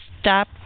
Stop